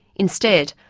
instead,